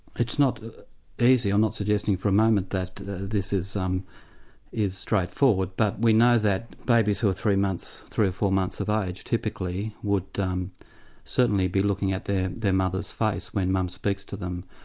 it's not easy, i'm not suggesting for a moment that this is um is straightforward, but we know that babies who are three months, three or four months of age typically would um certainly be looking at their their mother's face when mum speaks to them,